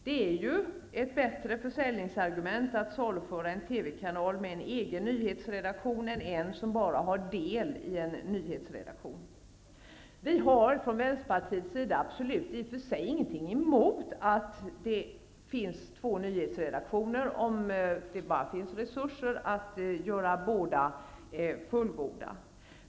Det är ju ett bättre försäljningsargument att saluföra en TV-kanal med en egen nyhetsredaktion än en som bara har en del i en nyhetsredaktion. Vi har från Vänsterpartiets sida i och för sig inget emot att det finns två nyhetsredaktioner, om det bara finns resurser för att båda skall kunna vara fullgoda.